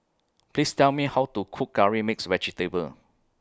Please Tell Me How to Cook Curry Mixed Vegetable